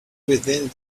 within